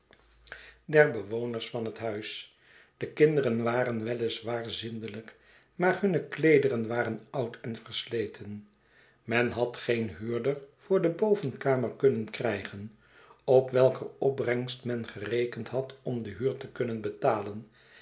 der bewoners van bet huis de kinderen waren wel is waar zindelijk maar hunne kleederen waren oud en versleten men had geen huurder voor de bovenkamer kunnen krijgen op welker opbrengst men gerekend had om de'huur te kunnen betalen